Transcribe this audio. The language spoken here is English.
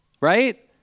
right